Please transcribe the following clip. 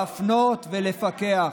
להפנות ולפקח.